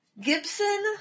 Gibson